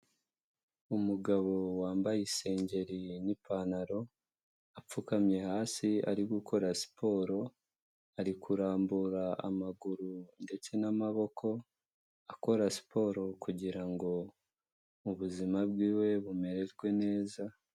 Umugabo wambaye isengeri n'ipantaro apfukamye hasi ari gukora siporo, ari kurambura amaguru ndetse n'amaboko akora siporo kugirango ubuzima bwiwe bumererwe neza.